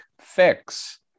fix